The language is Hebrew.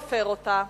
מפר אותה.